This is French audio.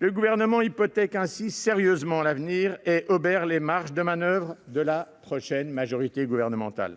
Le Gouvernement hypothèque ainsi sérieusement l'avenir et obère les marges de manoeuvre de la prochaine majorité gouvernementale.